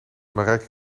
marijke